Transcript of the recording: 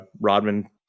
Rodman